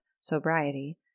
sobriety